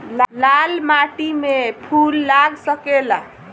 लाल माटी में फूल लाग सकेला?